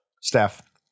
Steph